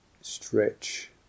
stretch